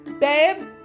babe